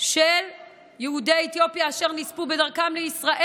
של יהודי אתיופיה אשר נספו בדרכם לישראל.